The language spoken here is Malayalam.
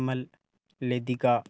അമൽ ലതിക